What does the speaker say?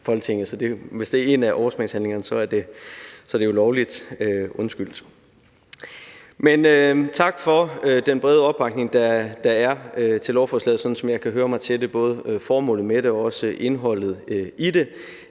hvis det er en af overspringshandlingerne, er han jo lovligt undskyldt. Men tak for den brede opbakning, der er til lovforslaget, som jeg kan høre mig til det, både formålet med det og også indholdet i det.